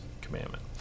commandment